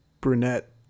brunette